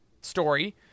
story